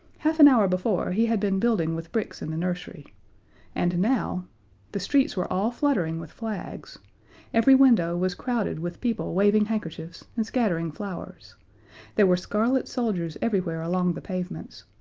half an hour before he had been building with bricks in the nursery and now the streets were all fluttering with flags every window was crowded with people waving handkerchiefs and scattering flowers there were scarlet soldiers everywhere along the pavements,